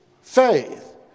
faith